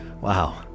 Wow